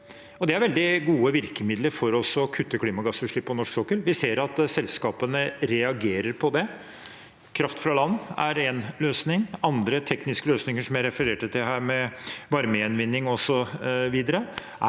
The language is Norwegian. Det er veldig gode virkemidler for å kutte klimagassutslipp på norsk sokkel. Vi ser at selskapene reagerer på det. Kraft fra land er én løsning. Andre tekniske løsninger, som jeg refererte til her, med varmegjenvinning osv.,